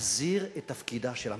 להחזיר את תפקידה של המדינה.